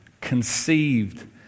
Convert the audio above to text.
Conceived